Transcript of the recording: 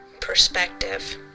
perspective